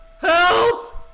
help